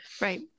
Right